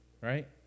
Right